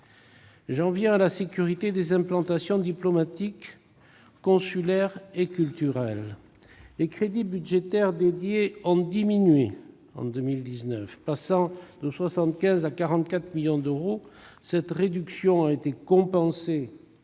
J'en viens à la sécurité des implantations diplomatiques, consulaires et culturelles. Les crédits budgétaires dédiés ont diminué en 2019, passant de 75 millions à 44 millions d'euros. Cette réduction a été compensée